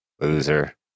loser